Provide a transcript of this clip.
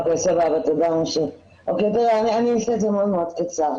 אני אהיה מאוד קצרה.